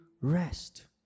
rest